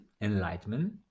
enlightenment